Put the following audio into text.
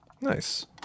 Nice